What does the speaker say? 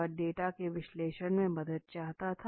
वह डेटा के विश्लेषण में मदद चाहता था